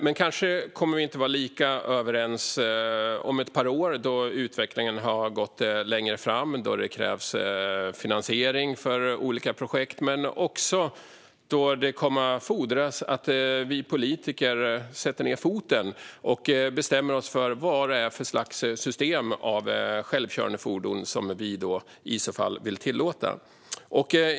Men kanske kommer vi inte att vara lika överens om ett par år, då utvecklingen har gått längre framåt och det krävs finansiering för olika projekt men också då det kommer att fordras att vi politiker sätter ned foten och bestämmer oss för vad för slags system av självkörande fordon vi i så fall vill tillåta.